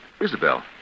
Isabel